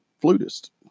Flutist